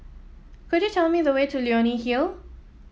could you tell me the way to Leonie Hill